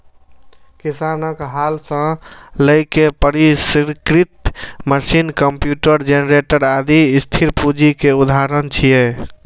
किसानक हल सं लए के परिष्कृत मशीन, कंप्यूटर, जेनरेटर, आदि स्थिर पूंजी के उदाहरण छियै